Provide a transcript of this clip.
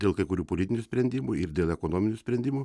dėl kai kurių politinių sprendimų ir dėl ekonominių sprendimų